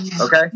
Okay